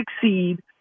succeed